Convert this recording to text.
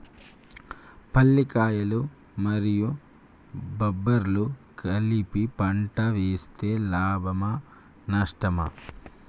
పల్లికాయలు మరియు బబ్బర్లు కలిపి పంట వేస్తే లాభమా? నష్టమా?